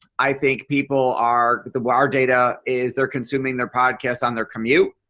i think people are the wire our data is they're consuming their podcasts on their commute.